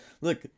look